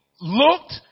looked